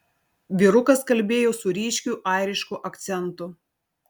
vyrukas kalbėjo su ryškiu airišku akcentu